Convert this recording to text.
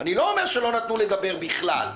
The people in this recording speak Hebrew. אני לא אומר שלא נתנו לדבר בכלל.